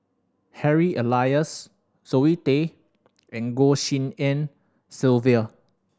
Harry Elias Zoe Tay and Goh Tshin En Sylvia